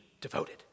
devoted